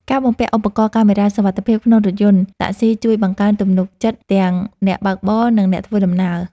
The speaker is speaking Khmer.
ការបំពាក់ឧបករណ៍កាមេរ៉ាសុវត្ថិភាពក្នុងរថយន្តតាក់ស៊ីជួយបង្កើនទំនុកចិត្តទាំងអ្នកបើកបរ និងអ្នកធ្វើដំណើរ។